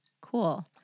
Cool